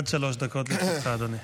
עד שלוש דקות לרשותך, אדוני.